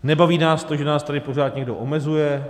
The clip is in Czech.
Nebaví nás to, že nás tady pořád někdo omezuje.